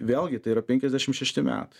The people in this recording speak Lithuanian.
vėlgi tai yra penkiasdešimt šešti metai